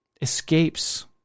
escapes